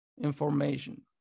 information